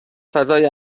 فضای